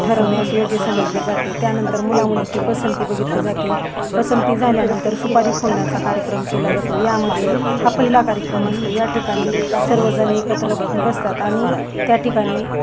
ठरवण्यास योग्य समजले जाते त्यानंतर मुलामुलीची पसंती बघितली जाते पसंती झाल्यानंतर सुपारी फोडण्याचा कार्यक्रम केला जातो यामध्ये हा पहिला कार्यक्रम असतो या ठिकाणी सर्वजण एकत्र बसतात आणि त्या ठिकाणी